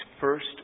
first